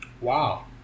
Wow